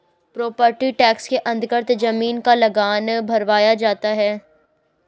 property tax के अन्तर्गत जमीन का लगान भरवाया जाता है